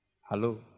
Hello